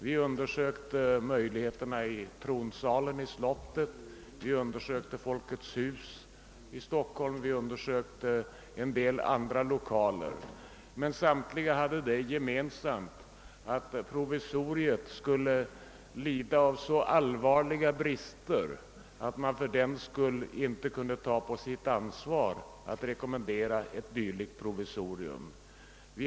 Vi undersökte möjligheterna i Rikssalen på Slottet, vi undersökte Folkets hus och vi undersökte en del andra lokaler, men samtliga hade det gemensamt att provisoriet skulle lida av mycket allvarliga brister, varför vi inte kunde ta på vårt ansvar att rekommendera något av dessa alternativ.